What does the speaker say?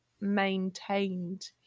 maintained